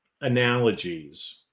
analogies